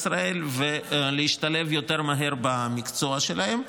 ישראל ולהשתלב יותר מהר במקצוע שלהם.